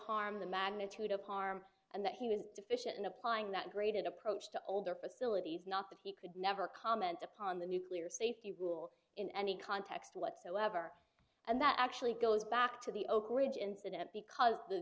harm the magnitude of harm and that he was deficient in applying that graded approach to older facilities not that he could never comment upon the nuclear safety rule in any context whatsoever and that actually goes back to the oak ridge incident because the